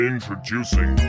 Introducing